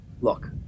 look